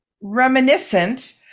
reminiscent